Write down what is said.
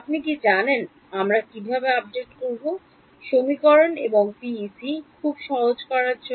আপনি কী জানেন আমরা কীভাবে আপডেট করব সমীকরণ এবং পিইসি খুব সহজ করার জন্য